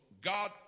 God